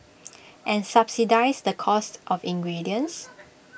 and subsidise the cost of ingredients